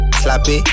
slappy